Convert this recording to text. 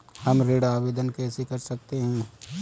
हम ऋण आवेदन कैसे कर सकते हैं?